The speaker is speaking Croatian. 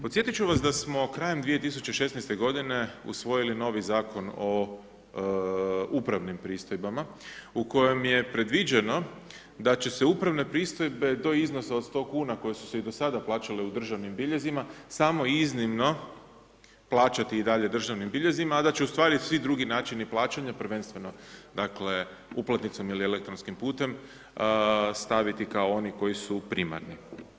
Podsjetiti ću vas da smo krajem 2016. g. usvojili novi zakon o upravnim pristojbama u kojem je predviđeno da će se upravne pristojbe do iznosa od 100 kn, koje su se i do sada plaćale u državnim biljezima, samo iznimno plaćati i dalje državnim biljezima, a da će ustvari svi drugi načini plaćanja, prvenstveno uplatnicom ili elektronskim putem staviti kao oni koji su primarni.